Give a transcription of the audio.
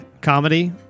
comedy